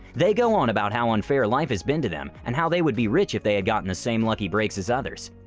they go on about how unfair life has been to them and how they would be rich if they had gotten the same lucky breaks as others.